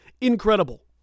Incredible